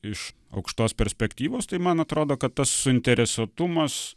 iš aukštos perspektyvos tai man atrodo kad tas suinteresuotumas